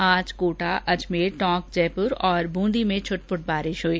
आज कोटा अजमेर टोंक जयपुर और बूंदी में छुटपुट बारिश हुई